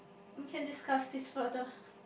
we can discuss this further